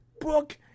book